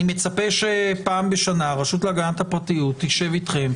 אני מצפה שפעם בשנה הרשות להגנת הפרטיות תשב אתכם,